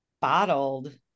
bottled